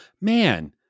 man